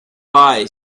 bye